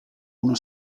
uno